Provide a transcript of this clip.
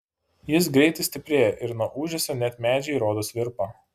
jis greitai stiprėja ir nuo ūžesio net medžiai rodos virpa